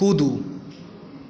कूदू